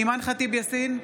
אימאן ח'טיב יאסין,